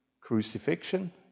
crucifixion